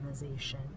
organization